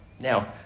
Now